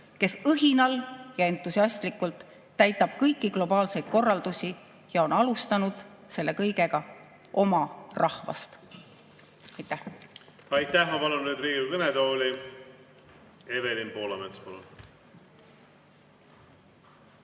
kes õhinal ja entusiastlikult täidab kõiki globaalseid korraldusi, ja on alustanud selle kõigega oma rahvast. Aitäh! Aitäh! Ma palun nüüd Riigikogu kõnetooli Evelin Poolametsa. Palun!